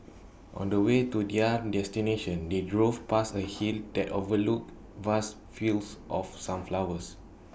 on the way to their destination they drove past A hill that overlooked vast fields of sunflowers